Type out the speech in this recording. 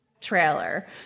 trailer